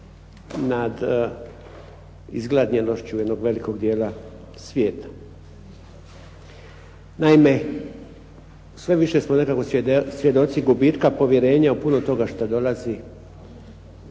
nad izgladnjelošću jednog velikog dijela svijeta. Naime, sve više smo nekako svjedoci gubitka povjerenja u puno toga što dolazi